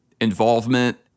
involvement